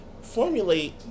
Formulate